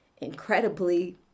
incredibly